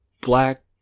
black